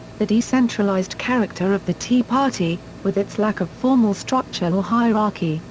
the decentralized character of the tea party, with its lack of formal structure or hierarchy,